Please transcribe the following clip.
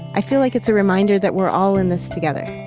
i feel like it's a reminder that we're all in this together